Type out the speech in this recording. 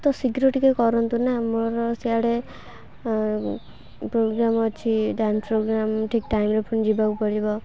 ତ ଶୀଘ୍ର ଟିକେ କରନ୍ତୁ ନା ମୋର ସିଆଡ଼େ ପ୍ରୋଗ୍ରାମ ଅଛି ଡ୍ୟାନ୍ସ ପ୍ରୋଗ୍ରାମ ଠିକ୍ ଟାଇମ୍ରେ ପୁଣି ଯିବାକୁ ପଡ଼ିବ